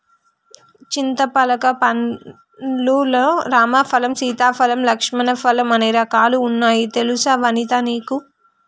చింతపలక పండ్లు లల్లో రామ ఫలం, సీతా ఫలం, లక్ష్మణ ఫలం అనే రకాలు వున్నాయి తెలుసా వనితా నీకు